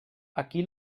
aquí